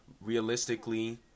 realistically